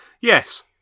Yes